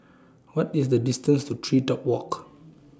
What IS The distance to Tree Top Walk